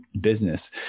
business